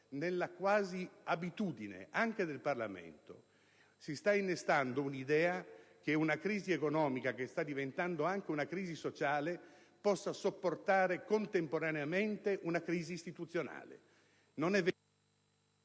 ci si sta abituando anche nel Parlamento all'idea che una crisi economica, che sta diventando anche una crisi sociale, possa sopportare contemporaneamente una crisi istituzionale.